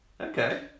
Okay